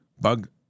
Bug